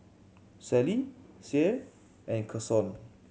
Sally Sie and Kason